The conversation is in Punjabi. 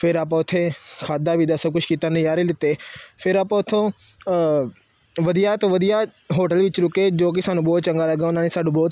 ਫਿਰ ਆਪਾਂ ਉੱਥੇ ਖਾਧਾ ਪੀਤਾ ਸਭ ਕੁਛ ਕੀਤਾ ਨਜ਼ਾਰੇ ਲਿੱਤੇ ਫਿਰ ਆਪਾਂ ਉੱਥੋਂ ਵਧੀਆ ਤੋਂ ਵਧੀਆ ਹੋਟਲ ਵਿੱਚ ਰੁਕੇ ਜੋ ਕਿ ਸਾਨੂੰ ਬਹੁਤ ਚੰਗਾ ਲੱਗਾ ਉਹਨਾਂ ਨੇ ਸਾਨੂੰ ਬਹੁਤ